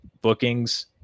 bookings